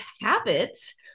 habits